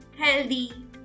healthy